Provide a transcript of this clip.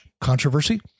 Controversy